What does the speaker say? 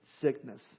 sickness